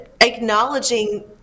acknowledging